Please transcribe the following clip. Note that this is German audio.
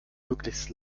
möglichst